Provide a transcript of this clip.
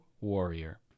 warrior